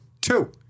two